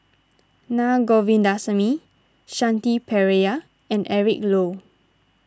Na Govindasamy Shanti Pereira and Eric Low